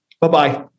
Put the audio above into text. Bye-bye